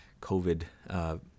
COVID